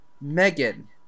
Megan